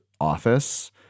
office